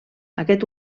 aquest